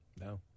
No